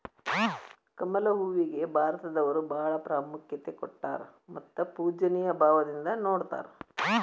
ಕಮಲ ಹೂವಿಗೆ ಭಾರತದವರು ಬಾಳ ಪ್ರಾಮುಖ್ಯತೆ ಕೊಟ್ಟಾರ ಮತ್ತ ಪೂಜ್ಯನಿಯ ಭಾವದಿಂದ ನೊಡತಾರ